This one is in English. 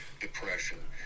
depression